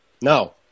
No